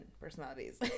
personalities